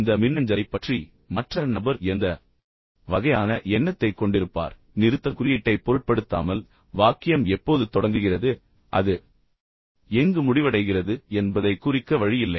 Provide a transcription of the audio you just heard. இந்த மின்னஞ்சலைப் பற்றி மற்ற நபர் எந்த வகையான எண்ணத்தைக் கொண்டிருப்பார் நிறுத்தற்குறியீட்டைப் பொருட்படுத்தாமல் வாக்கியம் எப்போது தொடங்குகிறது அது எங்கு முடிவடைகிறது என்பதைக் குறிக்க வழி இல்லை